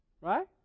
Right